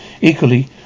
equally